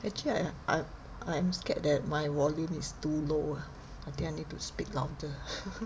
actually I I I am scared that my volume is too low ah I think I need to speak louder